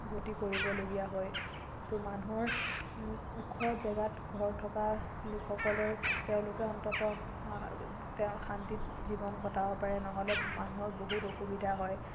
গতি কৰিবলগীয়া হয় তো মানুহৰ ওখ জেগাত ঘৰ থকা লোকসকলৰ তেওঁলোকে অন্ততঃ শান্তিত জীৱন কটাব পাৰে নহ'লে মানুহৰ বহুত অসুবিধা হয়